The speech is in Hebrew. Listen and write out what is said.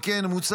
על כן מוצע